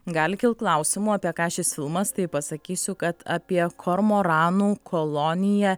gali kilt klausimų apie ką šis filmas tai pasakysiu kad apie kormoranų koloniją